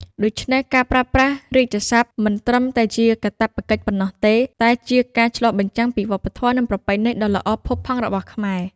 ដូច្នេះ ការប្រើប្រាស់រាជសព្ទមិនត្រឹមតែជាកាតព្វកិច្ចប៉ុណ្ណោះទេ តែជាការឆ្លុះបញ្ចាំងពីវប្បធម៌ និងប្រពៃណីដ៏ល្អផូរផង់របស់ខ្មែរ។